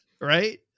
Right